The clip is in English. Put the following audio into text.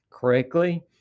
correctly